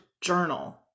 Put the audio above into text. Journal